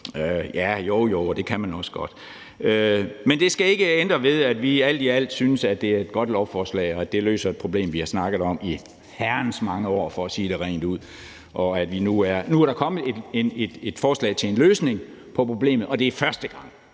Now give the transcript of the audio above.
Ja, jo, jo, og det kan man også godt. Men det skal ikke ændre ved, at vi alt i alt synes, at det er et godt lovforslag, og at det løser et problem, som vi har snakket om i herrens mange år for at sige det rent ud. Nu er der kommet et forslag til en løsning på problemet, og det er første gang,